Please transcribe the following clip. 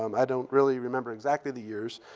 um i don't really remember exactly the years.